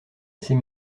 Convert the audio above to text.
assez